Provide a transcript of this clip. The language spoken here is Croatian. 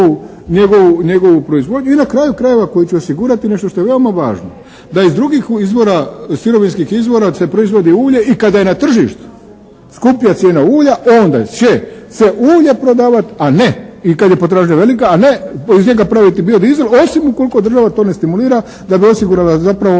njegovu proizvodnju i na kraju krajeva koji će osigurati nešto što je veoma važno da iz drugih izvora, sirovinskih izvora se proizvodi ulje i kada je na tržištu skuplja cijena ulja onda će se ulje prodavati, a ne i kad je potražnja velika, a ne iz njega praviti biodizel, osim ukoliko država to ne stimulira da bi osigurala zapravo